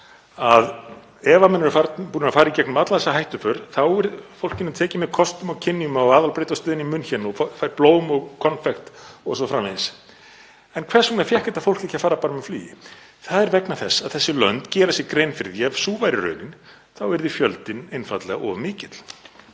ef menn eru búnir að fara í gegnum alla þessa hættuför þá er fólkinu tekið með kostum og kynjum á aðalbrautarstöðinni í München, fær blóm og konfekt o.s.frv., en hvers vegna fékk þetta fólk ekki að fara bara með flugi? Það er vegna þess að þessi lönd gera sér grein fyrir því að ef sú væri raunin yrði fjöldinn einfaldlega of mikill.